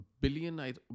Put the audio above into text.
Billion